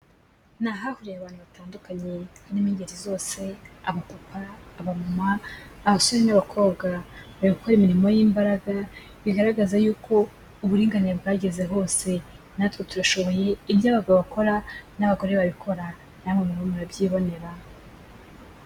Ni ahahuriye abantu batandukanye harimo ingeri zose abapapa, abamama, abasore n'abakobwa bari gukora imirimo y'imbaraga bigaragaza yuko uburinganire bwageze hose natwe turashoboye ibyo abagabo bakora n'abagore babikora, namwe murimo murabyibonera.